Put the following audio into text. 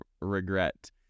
regret